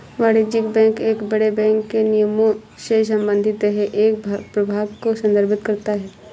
वाणिज्यिक बैंक एक बड़े बैंक के निगमों से संबंधित है एक प्रभाग को संदर्भित करता है